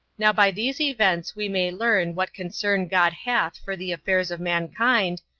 now by these events we may learn what concern god hath for the affairs of mankind,